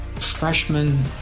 freshman